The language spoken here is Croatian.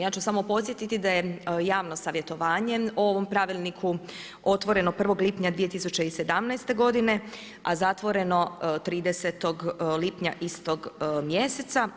Ja ću samo podsjetiti da je javno savjetovanje o ovom pravilniku otvoreno 1. lipnja 2017. godine, a zatvoreno 30. lipnja istog mjeseca.